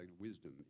wisdom